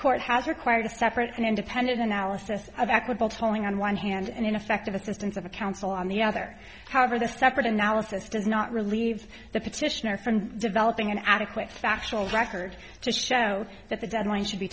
court has required a separate and independent analysis of equable tolling on one hand and ineffective assistance of counsel on the other however the separate analysis does not relieve the petitioner from developing an adequate factual record to show that the deadline should be